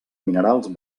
minerals